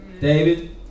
David